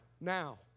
now